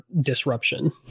disruption